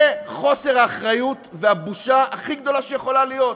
זה חוסר האחריות והבושה הכי גדולה שיכולה להיות.